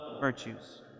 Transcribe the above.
virtues